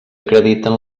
acrediten